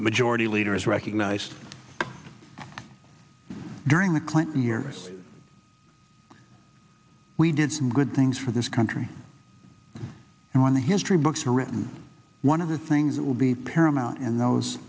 the majority leader is recognized during the clinton years we did some good things for this country and when the history books are written one of the things that will be paramount in those